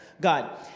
God